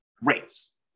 rates